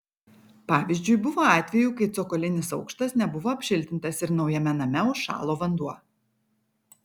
pavyzdžiui buvo atvejų kai cokolinis aukštas nebuvo apšiltintas ir naujame name užšalo vanduo